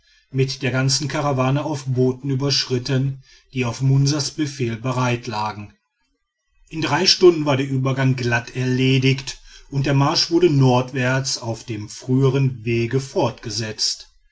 mit der ganzen karawane auf booten überschritten die auf munsas befehl bereitlagen in drei stunden war der übergang glatt erledigt und der marsch wurde nordwärts auf dem frühern wege fortgesetzt